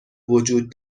وجود